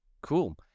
Cool